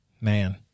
Man